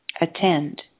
Attend